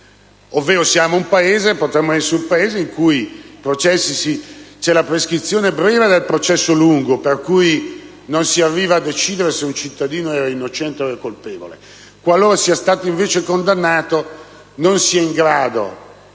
essere un Paese in cui c'è la prescrizione breve nel processo lungo, per cui non si arriva a decidere se un cittadino sia innocente o colpevole; qualora sia stato invece condannato non si è in grado